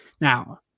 Now